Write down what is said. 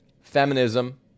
Feminism